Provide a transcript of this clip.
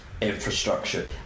infrastructure